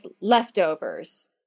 leftovers